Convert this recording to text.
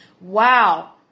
Wow